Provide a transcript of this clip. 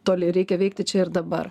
toli reikia veikti čia ir dabar